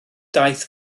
daith